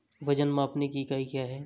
वजन मापने की इकाई क्या है?